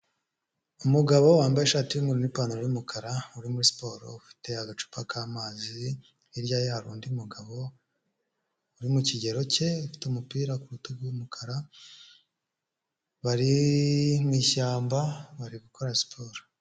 Umugabo wambaye ishati y'umweru n'ipantaro y'umukara, uri muri siporo, ufite agacupa ka mazi, hirya ye hari undi mugabo uri mu kigero cye ufite umupira ku rutugu w'umukara, bari mu ishyamba bari gukora siporo.